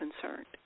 concerned